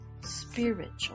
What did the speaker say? Spiritual